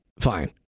Fine